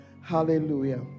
Hallelujah